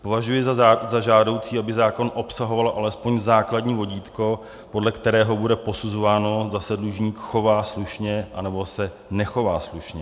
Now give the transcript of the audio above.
Považuji za žádoucí, aby zákon obsahoval alespoň základní vodítko, podle kterého bude posuzováno, zda se dlužník chová slušně, anebo se nechová slušně.